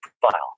profile